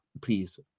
please